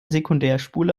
sekundärspule